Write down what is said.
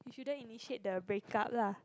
he shouldn't initiate the break up lah